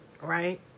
right